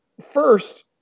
first